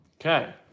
Okay